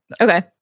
Okay